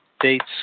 dates